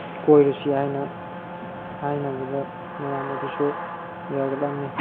ꯀꯣꯏꯔꯨꯁꯤ ꯍꯥꯏꯅ ꯍꯥꯏꯅꯕꯗ ꯃꯌꯥꯝ ꯑꯗꯨꯁꯨ ꯌꯥꯔꯛꯂꯝꯃꯤ